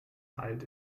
halt